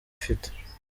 ifite